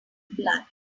blood